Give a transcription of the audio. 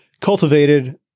cultivated